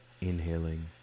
inhaling